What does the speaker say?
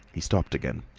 he stopped again.